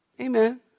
amen